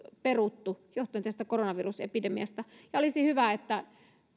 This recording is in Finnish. peruttu johtuen tästä koronavirusepidemiasta olisi hyvä että